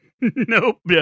nope